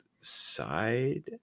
side